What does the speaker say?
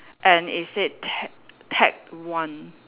and it said ta~ ta~ one